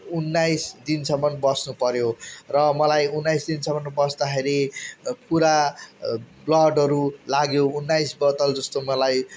उन्नाइस दिनसम्म बस्नु पर्यो र मलाई उन्नाइस दिनसम्म बस्दाखेरि पुरा ब्लडहरू लाग्यो उन्नाइस बोतल जस्तो मलाई